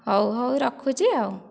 ହେଉ ହେଉ ରଖୁଛି ଆଉ